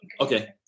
okay